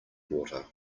water